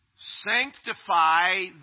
Sanctify